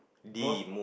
most